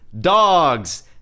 dogs